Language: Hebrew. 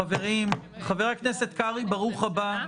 --- חבר הכנסת קרעי, ברוך הבא.